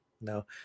No